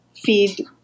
feed